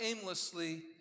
aimlessly